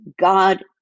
God